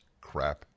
crap